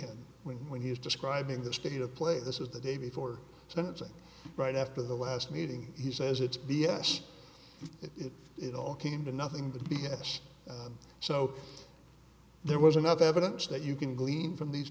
him when he's describing the state of play this is the day before sentencing right after the last meeting he says it's b s it it all came to nothing the b s so there was another evidence that you can glean from these